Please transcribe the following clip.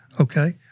okay